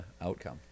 outcome